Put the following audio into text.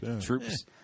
Troops